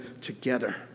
together